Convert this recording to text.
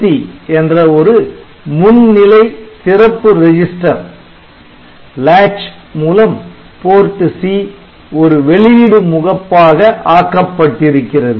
TRISC என்ற ஒரு முந்நிலை சிறப்பு ரெஜிஸ்டர் லாட்ச் Latch மூலம் PORT C ஒரு வெளியிடு முகப்பாக ஆக்கப்பட்டிருக்கிறது